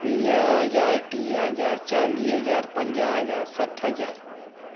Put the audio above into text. वीह हज़ार टीह हज़ार चालीह हज़ार पंजाहु हज़ार सठि हज़ार